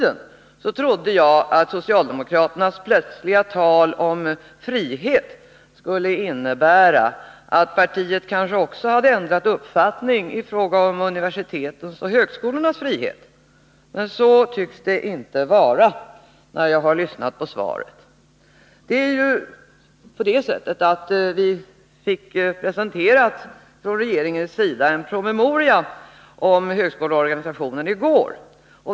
Ett tag trodde jag att socialdemokraternas plötsliga tal om frihet innebar att partiet också hade ändrat uppfattning i fråga om universitetens och högskolornas frihet, men av svaret att döma tycks så inte vara fallet. Regeringen presenterade i går en promemoria om högskoleorganisationen.